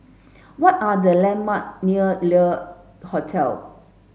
what are the landmark near Le Hotel